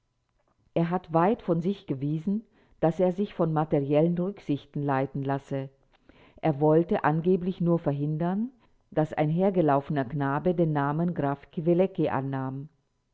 er hat weit von sich gewiesen daß er sich von materiellen rücksichten leiten lasse er wollte angeblich nur verhindern daß ein hergelaufener knabe den namen graf kwilecki annahm